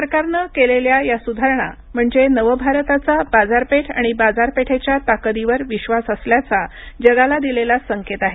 सरकारनं केलेल्या या सुधारणा म्हणजे नव भारताचा बाजारपेठ आणि बाजारपेठेच्या ताकदीवर विश्वास असल्याचा जगाला दिलेला संकेत आहे